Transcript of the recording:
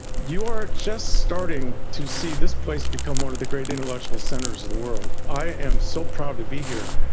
you are just starting to see this place become one of the great intellectual centres of the world. i am so proud to be here.